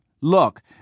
Look